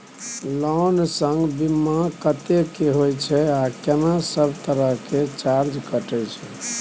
Loan संग बीमा कत्ते के होय छै आ केना सब तरह के चार्ज कटै छै?